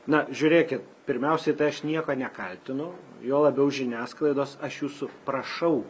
na žiūrėkit pirmiausiai tai aš nieko nekaltinu juo labiau žiniasklaidos aš jūsų prašau